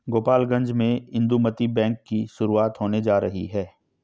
गोपालगंज में इंदुमती बैंक की शुरुआत होने जा रही है